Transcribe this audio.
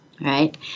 Right